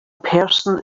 person